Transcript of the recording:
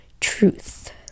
truth